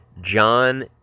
John